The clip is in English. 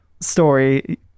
story